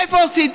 איפה עשית?